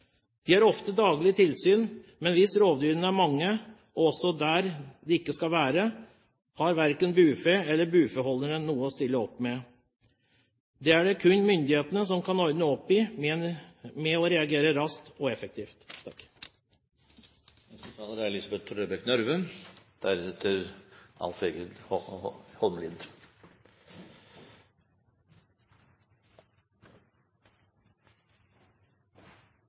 de dyr som er ute på beite. De har ofte daglig tilsyn, men hvis rovdyrene er mange og også er der de ikke skal være, har verken bufe eller bufeholderne noe å stille opp med. Det er det kun myndighetene som kan ordne opp i ved å reagere raskt og effektivt. Først takk